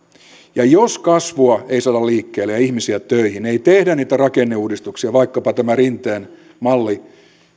jos kasvua ei saada liikkeelle ja ihmisiä töihin ei tehdä niitä rakenneuudistuksia vaikkapa tämä rinteen malli